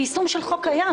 זה יישום של חוק קיים.